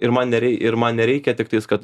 ir man nerei ir man nereikia tiktais kad